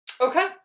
Okay